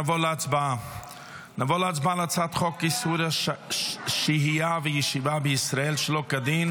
נעבור להצבעה על הצעת חוק איסור שהייה וישיבה בישראל שלא כדין